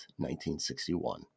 1961